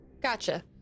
Gotcha